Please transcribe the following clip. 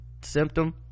symptom